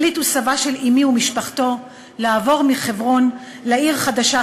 החליטו סבה של אמי ומשפחתו לעבור מחברון לעיר חדשה,